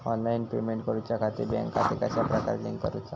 Online payment करुच्याखाती bank खाते कश्या प्रकारे लिंक करुचा?